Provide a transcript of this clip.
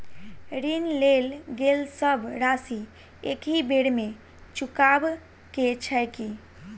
ऋण लेल गेल सब राशि एकहि बेर मे चुकाबऽ केँ छै की?